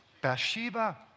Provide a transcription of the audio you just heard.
Bathsheba